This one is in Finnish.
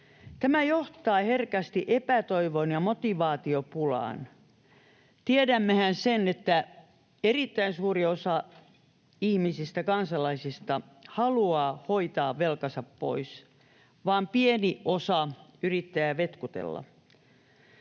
Tämä johtaa herkästi epätoivoon ja motivaatiopulaan. Tiedämmehän sen, että erittäin suuri osa kansalaisista haluaa hoitaa velkansa pois. Vain pieni osa yrittää vetkutella.